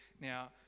now